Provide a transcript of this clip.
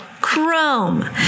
chrome